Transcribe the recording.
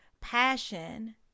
passion